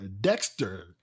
Dexter